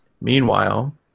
meanwhile